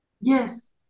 yes